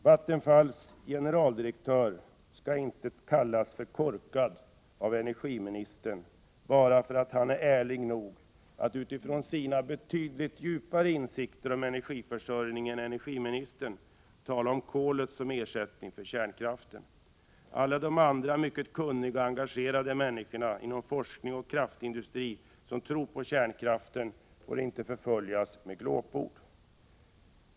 Vattenfalls generaldirektör skall inte kallas för korkad av energiministern bara för att han är ärlig nog att utifrån sina betydligt djupare insikter om energiförsörjningen än energiministern tala om kolet som ersättning för kärnkraften. Alla de andra mycket kunniga och engagerade människorna inom forskning och kraftindustri som tror på kärnkraften får inte förföljas med glåpord.